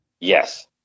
Yes